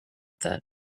that